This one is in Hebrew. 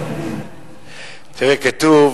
תראה, כתוב